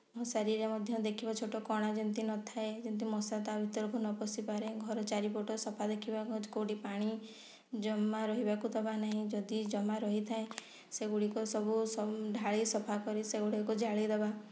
ମଶାରୀରେ ମଧ୍ୟ ଦେଖିବ ଛୋଟ କଣା ଯେମିତି ନ ଥାଏ ଯେମିତି ମଶା ତା ଭିତରକୁ ନ ପଶି ପାରେ ଘର ଚାରିପଟ ସଫା ଦେଖିବାକୁ କେଉଁଠି ପାଣି ଜମା ରହିବାକୁ ଦବା ନାହିଁ ଯଦି ଜମା ରହିଥାଏ ସେଗୁଡ଼ିକ ସବୁ ଢାଳି ସଫା କରି ସେଗୁଡ଼ିକୁ ଜାଳି ଦବା